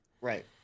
Right